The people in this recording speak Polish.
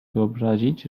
wyobrazić